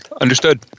Understood